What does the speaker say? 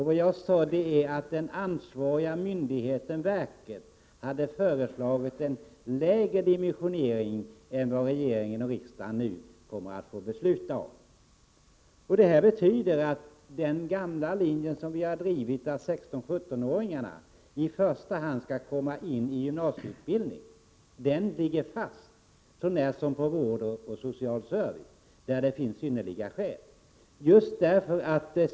Vad jag sade var att den ansvariga myndigheten, verket, hade föreslagit en lägre dimensionering än den som regeringen och utskottet nu föreslår att riksdagen skall besluta om. Det betyder att den gamla linjen som vi har drivit om att 16-17-åringarna i första hand skall komma in på gymnasieutbildning ligger fast utom i fråga om vård och social service, där det föreligger synnerliga skäl att frångå den linjen.